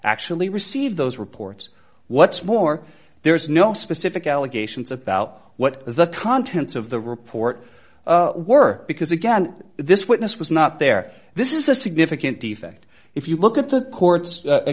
actually received those reports what's more there is no specific allegations about what the contents of the report were because again this witness was not there this is a significant defect if you look at the court